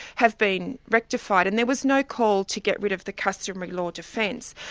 have been rectified, and there was no call to get rid of the customary law defence.